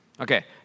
Okay